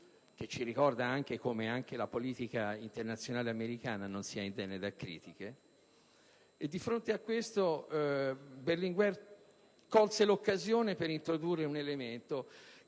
che ci ricorda che anche la politica internazionale americana non è indenne da critiche. Di fronte a questo evento, Berlinguer colse l'occasione per introdurre un elemento che